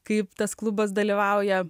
kaip tas klubas dalyvauja